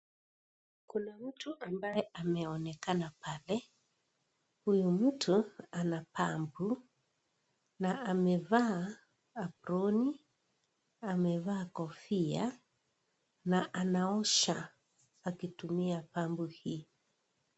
Kuna mtu ambaye ameonekana pale huyo mtu ana pampu na amevaa aproni amevaa kofia na anaosha akitumia pampu hii.